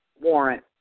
warrant